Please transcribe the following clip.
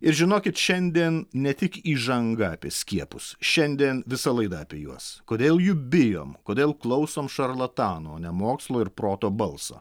ir žinokit šiandien ne tik įžanga apie skiepus šiandien visa laida apie juos kodėl jų bijom kodėl klausom šarlatanų o ne mokslo ir proto balso